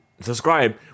subscribe